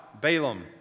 Balaam